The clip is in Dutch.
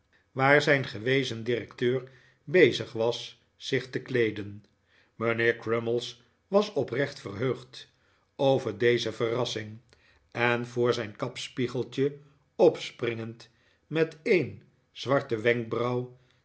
waar zijn gewezen directeur bezig was zich te kleeden mijnheer crummies was oprecht verheugd over deze verrassing en voor zijn kapspiegeltje opspringend met een zwarte wenkbrauw